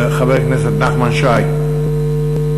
חבר הכנסת נחמן שי, איננו.